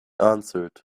answered